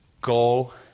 Go